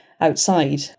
outside